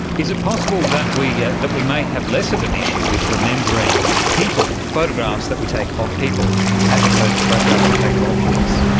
is it possible that we yeah that we may have less of an issue with remembering people, photographs that we take of people as opposed to photographs we take of objects?